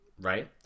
Right